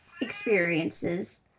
experiences